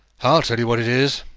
i'll tell you what it is,